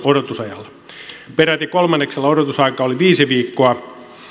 odotusajalla peräti kolmanneksella odotusaika oli viisi viikkoa